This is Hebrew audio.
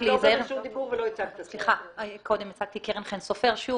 רק לשים לב שהעניין שזה יהיה